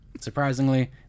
Surprisingly